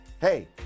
Hey